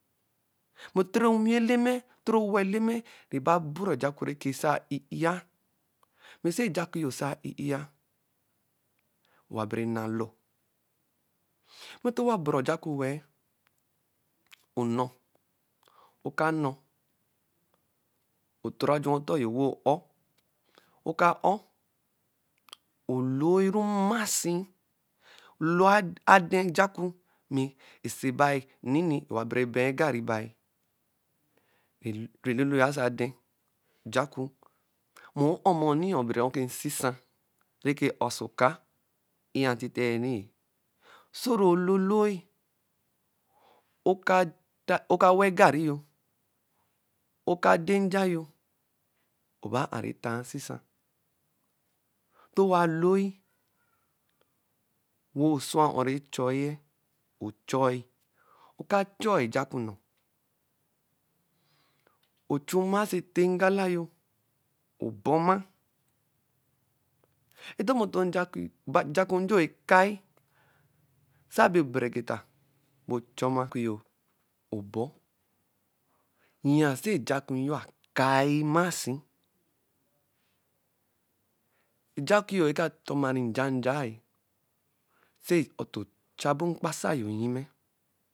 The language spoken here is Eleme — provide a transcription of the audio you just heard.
Mɛ toro onwi-Eleme, ottoro owu-Eleme nɛba bura ojaku rɛ kɛ sai-ia. Mɛ sɛ ojaku yo sa i-ia. owa bere na-lɔ. Wɛ towa bura ojaku wɛ-ɛ. o’nɔ, ɔks nɔ, otora jua ɔtɔ yo wo ɔ-ɔr. Oka ɔr, oloi ru mmasi, loi aþɛ ojaku mɛ osii bai mnini nɛwarɛ bɛ-ɛ garri bai. Nɛ loloi oso aþɛ ojaku. Mɛ ɔ-moniɔ bor ɔ-ɔ ri nsisa rɛ kɛ a-oso ɔka i-ia ntitɛ-ri-ẹ. Sɛ rɔ loloi, ɔka wa garri yo, ɔka þɛ nja yo. nɔba a’ru etaa nsisa. Nto owa loi. wo sua o-o rɛ chɔi-yɛ. o-chɔi ɔka chɔi ojaxu nnɔɔ, ochu mmasi ete ngala yo ɔbɔma. Ɛþɔbɔ ntɔ ojaku nyo ɛ-kai, sa bɛ ɔbere egeta bɛ choma oku yo, ɔbor. Yia sɛ ojaku yo a-kai mmasi, ojaku yo aka tɔmari nja-ja-e. sɛ ɔtɔ echa bɔ akpasa yo nnyimɛ